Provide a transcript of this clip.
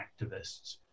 activists